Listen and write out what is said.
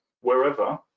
wherever